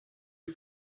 you